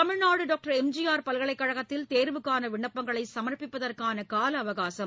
Tamil Nadu doctor MGR பல்கலைக் கழகத்தில் தேர்வுக்கான விண்ணப்பங்களை சமர்ப்பிப்பதற்கான காலஅவகாசம்